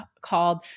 called